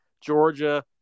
Georgia